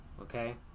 Okay